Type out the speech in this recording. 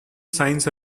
signs